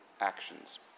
actions